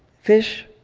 fish,